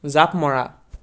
জাপ মৰা